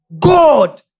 God